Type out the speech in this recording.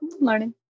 learning